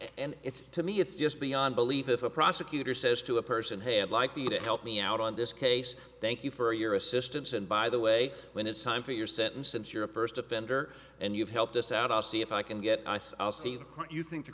and it's to me it's just beyond belief if a prosecutor says to a person hey i'd likely to help me out on this case thank you for your assistance and by the way when it's time for your sentence since you're a first offender and you've helped us out i'll see if i can get ice i'll see what you think the